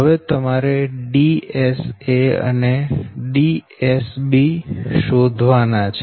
હવે તમારે DSA અને DSB શોધવાના છે